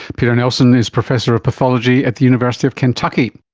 peter nelson is professor of pathology at the university of kentucky